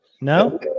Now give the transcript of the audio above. No